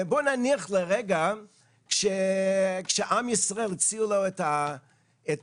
בואו נניח לרגע שכאשר הציעו לעם ישראל את עשרת